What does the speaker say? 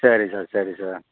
சரி சார் சரி சார்